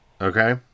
okay